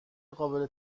قابل